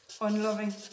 Unloving